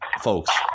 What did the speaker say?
folks